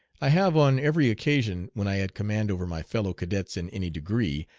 i have on every occasion when i had command over my fellow-cadets in any degree,